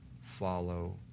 follow